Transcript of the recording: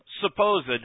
supposed